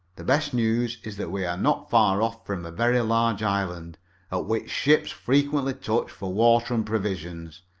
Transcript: the best news is that we are not far off from a very large island, at which ships frequently touch for water and provisions.